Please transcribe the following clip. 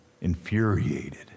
infuriated